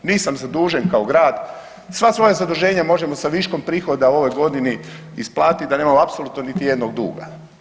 Nisam zadužen kao grad, sva svoja zaduženja možemo sa viškom prihoda u ovoj godini isplatiti, da nemamo apsolutno niti jednog duga.